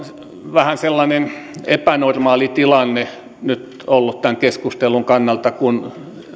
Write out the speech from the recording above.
vähän sellainen epänormaali tilanne nyt ollut tämän keskustelun kannalta kun